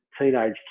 teenage